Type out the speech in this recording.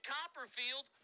Copperfield